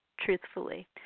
truthfully